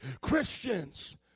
christians